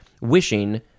wishing